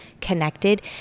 connected